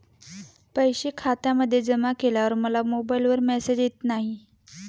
पैसे खात्यामध्ये जमा केल्यावर मला मोबाइलवर मेसेज येत नाही?